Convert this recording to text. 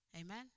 Amen